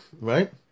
right